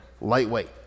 lightweight